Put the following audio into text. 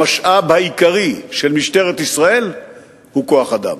המשאב העיקרי של משטרת ישראל הוא כוח-אדם,